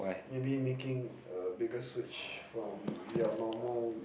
maybe making a bigger switch from your normal